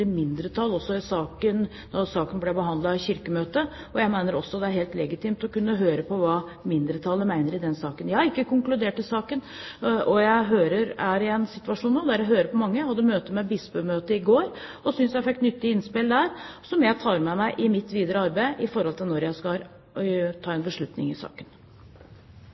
mindretall da saken ble behandlet i Kirkemøtet, og jeg mener også det er helt legitimt å kunne høre på hva mindretallet mener i saken. Jeg har ikke konkludert i saken, og jeg er i en situasjon der jeg hører på mange. Jeg hadde møte med Bispemøtet i går og synes jeg fikk nyttige innspill der som jeg tar med meg i mitt videre arbeid når jeg skal ta en beslutning i saken.